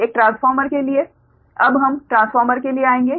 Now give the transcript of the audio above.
एक ट्रांसफार्मर के लिए अब हम ट्रांसफार्मर के लिए आएंगे